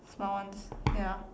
small ones ya